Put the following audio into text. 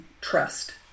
trust